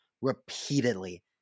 repeatedly